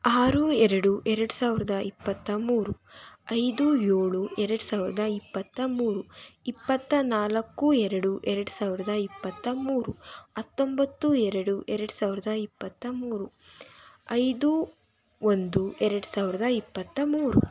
ಆರು ಎರಡು ಎರಡು ಸಾವಿರದ ಇಪ್ಪತ್ತ ಮೂರು ಐದು ಏಳು ಎರಡು ಸಾವಿರದ ಇಪ್ಪತ್ತ ಮೂರು ಇಪ್ಪತ್ತ ನಾಲ್ಕು ಎರಡು ಎರಡು ಸಾವಿರದ ಇಪ್ಪತ್ತ ಮೂರು ಹತ್ತೊಂಬತ್ತು ಎರಡು ಎರಡು ಸಾವಿರದ ಇಪ್ಪತ್ತ ಮೂರು ಐದು ಒಂದು ಎರಡು ಸಾವಿರದ ಇಪ್ಪತ್ತ ಮೂರು